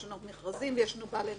יש מכרזים ויש בעלי מקצוע.